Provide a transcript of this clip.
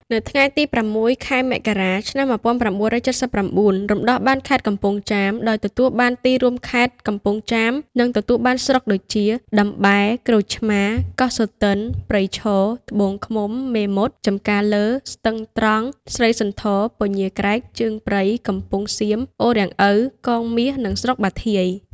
នៅថ្ងៃទី ០៦ ខែមករា ឆ្នាំ ១៩៧៩ រំដោះបានខេត្តកំពង់ចាម ដោយទទួលបានទីរួមខេត្ត កំពង់ចាម និងទទួលបានស្រុកដូចជា តំបែរ ក្រូចឆ្មា កោះសូទិន ព្រៃឈរ ត្បូងឃ្មុំ មេមត់ ចំការលើ ស្ទឹងត្រង់ ស្រីសន្ធរ ពញាក្រែក ជើងព្រៃ កំពង់សៀម អូរាំងឪ កងមាស និងស្រុកបាធាយ។